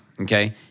okay